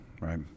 right